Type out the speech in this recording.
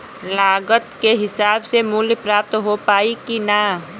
लागत के हिसाब से मूल्य प्राप्त हो पायी की ना?